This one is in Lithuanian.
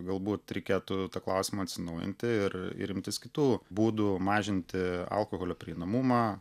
galbūt reikėtų tą klausimą atsinaujinti ir ir imtis kitų būdų mažinti alkoholio prieinamumą